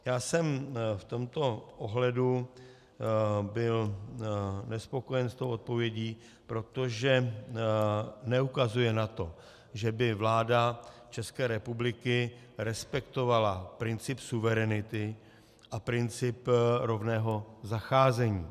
Já jsem v tomto ohledu byl nespokojen s odpovědí, protože neukazuje na to, že by vláda České republiky respektovala princip suverenity a princip rovného zacházení.